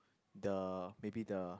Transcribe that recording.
the maybe the